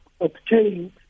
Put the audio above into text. obtained